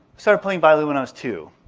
sort of playing violin when i was two.